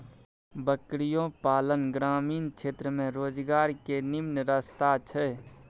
बकरियो पालन ग्रामीण क्षेत्र में रोजगार के निम्मन रस्ता छइ